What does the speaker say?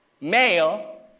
Male